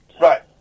Right